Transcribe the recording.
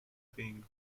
being